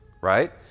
right